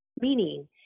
meaning